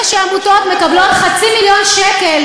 את צודקת,